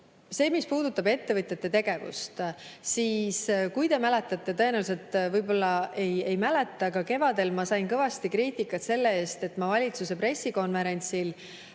see, mis puudutab ettevõtjate tegevust. Kui te mäletate – tõenäoliselt ei mäleta –, siis kevadel ma sain kõvasti kriitikat selle eest, et ma valitsuse pressikonverentsil